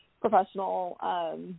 professional